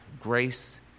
grace